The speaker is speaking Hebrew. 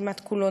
כמעט כולו,